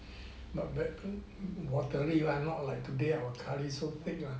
not bad watery one not like today our curry so thick lah